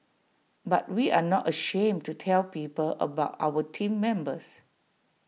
but we are not ashamed to tell people about our Team Members